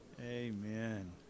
amen